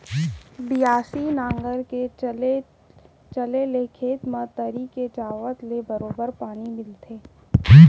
बियासी नांगर के चले ले खेत म तरी के जावत ले बरोबर पानी मिलथे